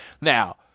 Now